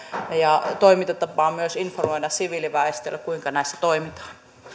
ja toimintatapaa myös informoida siviiliväestölle kuinka näissä toimitaan